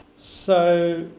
so